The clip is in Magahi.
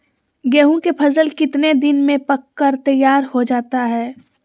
गेंहू के फसल कितने दिन में पक कर तैयार हो जाता है